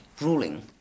ruling